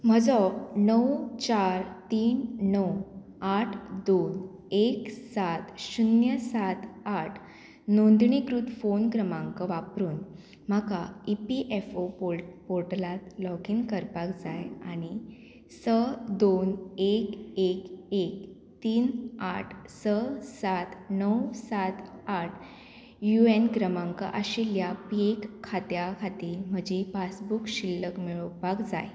म्हजो णव चार तीन णव आठ दोन एक सात शुन्य सात आठ नोंदणीकृत फोन क्रमांक वापरून म्हाका ई पी एफ ओ पो पोर्टलांत लॉगीन करपाक जाय आनी स दोन एक एक एक तीन आठ स सात णव सात आठ यु एन क्रमांक आशिल्ल्या पेक खात्या खातीर म्हजी पासबूक शिल्लक मेळोवपाक जाय